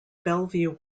bellevue